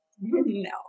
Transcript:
no